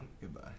Goodbye